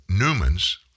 Newmans